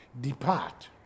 depart